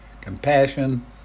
compassion